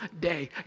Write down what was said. day